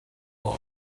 lot